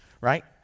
right